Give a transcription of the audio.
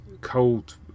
Cold